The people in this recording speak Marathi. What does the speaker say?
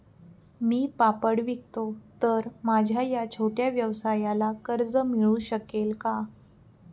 मी पापड विकतो तर माझ्या या छोट्या व्यवसायाला कर्ज मिळू शकेल का?